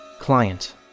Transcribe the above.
Client